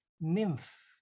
nymph